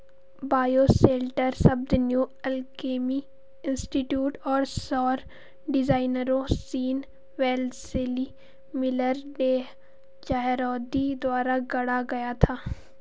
bioshelter शब्द New Alchemy Institute और सौर डिजाइनरों Sean Wellesley Miller, Day Chahroudi द्वारा गढ़ा गया था